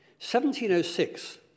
1706